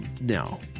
no